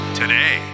today